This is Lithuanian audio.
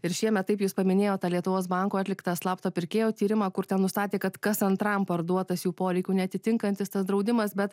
ir šiemet taip jūs paminėjot tą lietuvos banko atliktą slapto pirkėjo tyrimą kur ten nustatė kad kas antram parduotas jų poreikių neatitinkantis tas draudimas bet